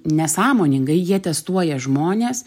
nesąmoningai jie testuoja žmones